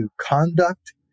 conduct